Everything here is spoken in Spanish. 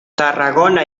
tarragona